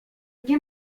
nie